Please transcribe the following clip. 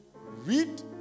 Read